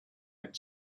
had